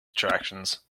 attractions